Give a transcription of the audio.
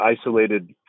isolated